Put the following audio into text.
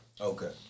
Okay